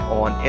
on